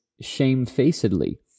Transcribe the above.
shamefacedly